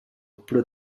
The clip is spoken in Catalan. però